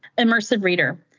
immersive reader.